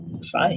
say